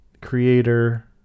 creator